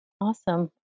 Awesome